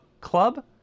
Club